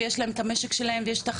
שיש להם את המשק שלהם ויש להם את